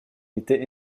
était